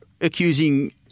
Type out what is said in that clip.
accusing